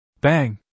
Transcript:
Bang